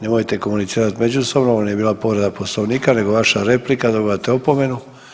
Nemojte komunicirati međusobno, ovo nije bila povreda Poslovnika nego vaša replika, dobivate opomenu.